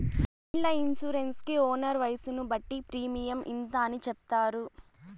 ఇండ్ల ఇన్సూరెన్స్ కి ఓనర్ వయసును బట్టి ప్రీమియం ఇంత అని చెప్తారు